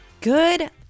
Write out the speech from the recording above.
Good